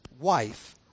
wife